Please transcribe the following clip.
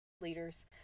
leaders